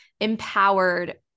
empowered